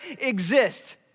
exist